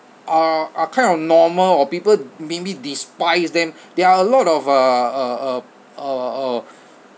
are are kind of normal or people maybe despise them there are a lot of uh uh uh uh uh